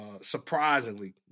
surprisingly